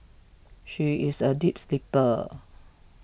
she is a deep sleeper